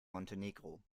montenegro